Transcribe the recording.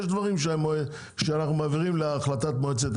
יש דברים שאנחנו מעבירים להחלטת מועצת העיר,